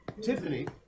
Tiffany